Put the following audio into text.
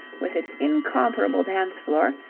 with its incomparable dance-floor,